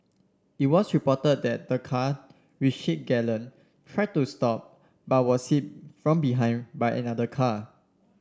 it was reported that the car which hit Galen tried to stop but was hit from behind by another car